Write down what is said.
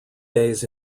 days